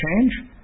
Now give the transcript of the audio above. change